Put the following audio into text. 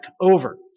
over